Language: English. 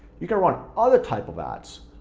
you can run other type of ads,